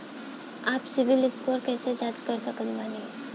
आपन CIBIL score कैसे जांच सकत बानी?